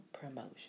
Promotion